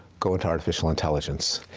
go into artificial intelligence.